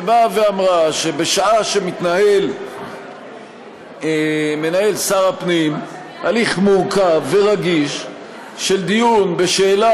שבאה ואמרה שבשעה שמנהל שר הפנים הליך מורכב ורגיש של דיון בשאלה